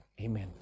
amen